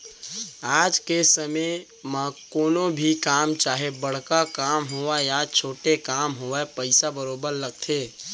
आज के समे म कोनो भी काम चाहे बड़का काम होवय या छोटे काम होवय पइसा बरोबर लगथे